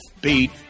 Beat